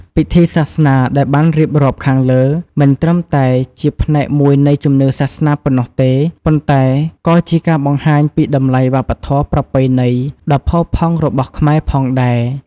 ពិធីសាសនាដែលបានរៀបរាប់ខាងលើមិនត្រឹមតែជាផ្នែកមួយនៃជំនឿសាសនាប៉ុណ្ណោះទេ ប៉ុន្តែក៏ជាការបង្ហាញពីតម្លៃវប្បធម៌ប្រពៃណីដ៏ផូរផង់របស់ខ្មែរផងដែរ។